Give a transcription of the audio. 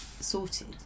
sorted